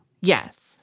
Yes